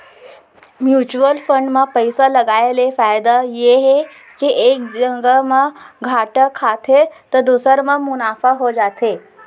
mutual fund म पइसा लगाय ले फायदा ये हे के एक जघा म घाटा खाथे त दूसर म मुनाफा हो जाथे